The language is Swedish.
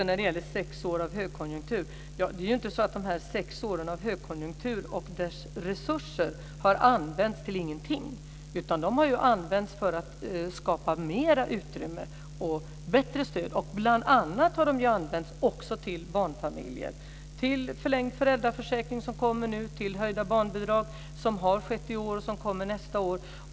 När det gäller sex år av högkonjunktur är det ju inte så att de sex åren av högkonjunktur och dess resurser har använts till ingenting, utan de har använts för att skapa mer utrymme och bättre stöd. Bl.a. har de använts till barnfamiljer, till förlängd föräldraförsäkring som kommer nu, till höjning av barnbidrag som har skett i år och som kommer att ske nästa år.